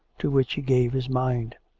to which he gave his mind.